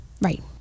right